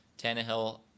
Tannehill